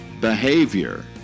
behavior